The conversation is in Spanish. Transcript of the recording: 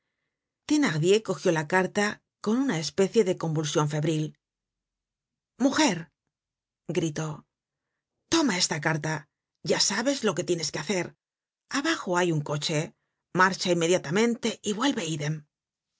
número thenardier cogió la carta con una especie de convulsion febril mujer gritó la thenardier acudió toma esta carta ya sabes loque tienes que hacer abajo hay un coche marcha inmediatamente y vuelve idem